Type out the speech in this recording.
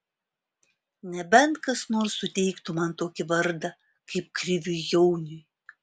nebent kas nors suteiktų man tokį vardą kaip kriviui jauniui